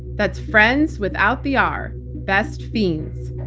that's friends without the r, best fiends.